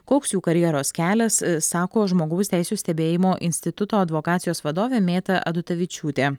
koks jų karjeros kelias sako žmogaus teisių stebėjimo instituto advokacijos vadovė mėta adutavičiūtė